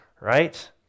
Right